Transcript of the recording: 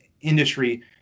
industry